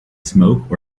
smoke